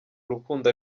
urukundo